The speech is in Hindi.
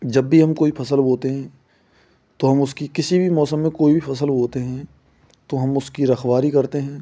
जब भी हम कोई फसल बोते हैं तो हम उसकी किसी भी मौसम में कोई भी फसल बोते हैं तो हम उसकी रखवाली करते हैं